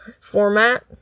format